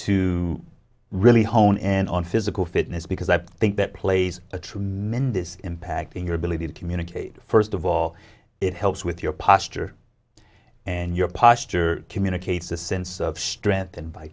to really hone in on physical fitness because i think that plays a tremendous impact in your ability to communicate first of all it helps with your posture and your posture communicates a sense of strength